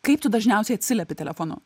kaip tu dažniausiai atsiliepi telefonu